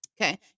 Okay